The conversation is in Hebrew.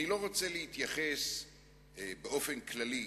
אני לא רוצה להתייחס באופן כללי,